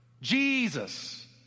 Jesus